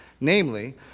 Namely